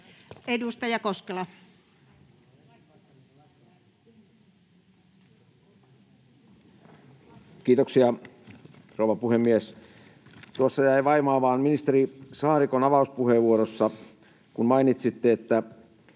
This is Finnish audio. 15:52 Content: Kiitoksia, rouva puhemies! Tuossa jäi vaivaamaan ministeri Saarikon avauspuheenvuorossa, kun mainitsitte, että